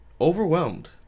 Overwhelmed